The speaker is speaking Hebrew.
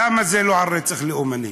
למה זה לא על רקע לאומני?